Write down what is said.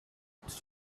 its